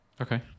Okay